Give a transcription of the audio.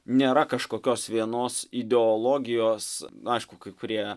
nėra kažkokios vienos ideologijos aišku kai kurie